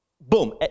boom